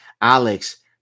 Alex